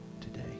today